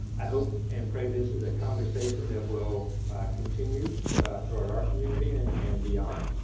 i hope and pray this is a conversation that will continue throughout our community and and beyond.